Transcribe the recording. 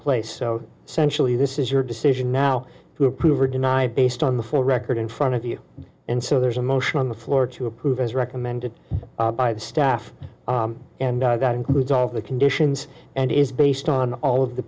place so sensually this is your decision now to approve or deny based on the full record in front of you and so there's a motion on the floor to approve as recommended by the staff and that includes all the conditions and is based on all of the